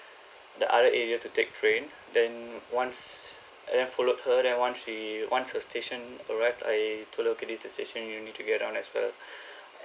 the other area to take train then once and then followed her then one we once her station arrived I told her okay this is the station you need to get down as well